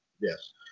Yes